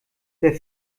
der